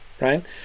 right